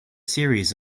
series